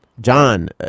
John